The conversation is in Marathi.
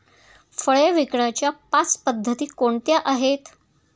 फळे विकण्याच्या पाच पद्धती कोणत्या आहेत?